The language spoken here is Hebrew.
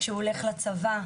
לצבא.